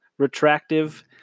retractive